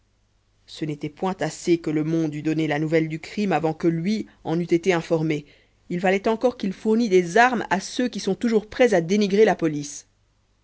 ce n'était point assez que le monde eût donné la nouvelle du crime avant que lui en eût été informé il fallait encore qu'il fournit des armes à ceux qui sont toujours prêts à dénigrer la police